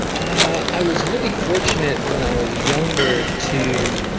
i was really fortunate when i was younger to